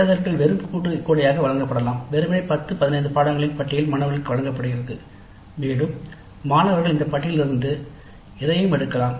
தேர்தல்கள் வெற்று கூடையாக வழங்கப்படலாம் வெறுமனே பத்து பதினைந்து பாடநெறிகளின் பட்டியல் மாணவர்களுக்கு வழங்கப்படுகிறது மேலும் மாணவர்கள் இந்த பட்டியலிலிருந்து எதையும் எடுக்கலாம்